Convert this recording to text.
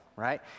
right